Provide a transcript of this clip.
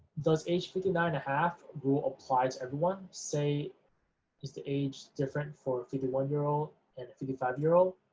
those aged fifty nine and a half who applied to everyone say is the age different for a fifty one year old and a fifty five year old?